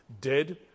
dead